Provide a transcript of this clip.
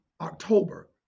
October